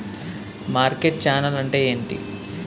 Market channel అంటే ఏంటి?